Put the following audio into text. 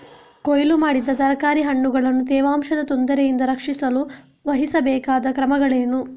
ಕೊಯ್ಲು ಮಾಡಿದ ತರಕಾರಿ ಹಣ್ಣುಗಳನ್ನು ತೇವಾಂಶದ ತೊಂದರೆಯಿಂದ ರಕ್ಷಿಸಲು ವಹಿಸಬೇಕಾದ ಕ್ರಮಗಳೇನು?